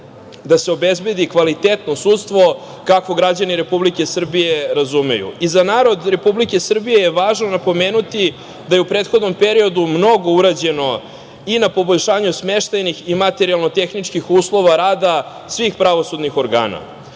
da se obezbedi kvalitetno sudstvo kakvo građani Republike Srbije razumeju. I za narod Republike Srbije je važno napomenuti da je u prethodno periodu mnogo urađeno i na poboljšanju smeštajnih i materijalno-tehničkih uslova rada svih pravosudnih